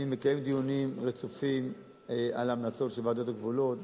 אני מקיים דיונים רצופים על ההמלצות של ועדות הגבולות.